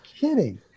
kidding